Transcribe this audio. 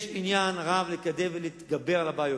יש עניין רב לקדם ולהתגבר על הבעיות,